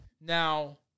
Now